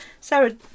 sarah